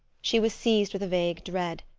she was seized with a vague dread.